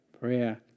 prayer